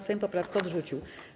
Sejm poprawkę odrzucił.